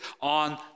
on